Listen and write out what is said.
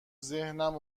ذهنم